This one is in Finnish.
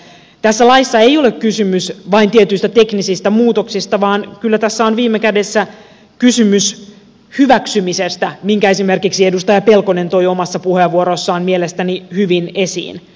tässä laissa ei ole kysymys vain tietyistä teknisistä muutoksista vaan kyllä tässä on viime kädessä kysymys hyväksymisestä minkä esimerkiksi edustaja pelkonen toi omassa puheenvuorossaan mielestäni hyvin esiin